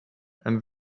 and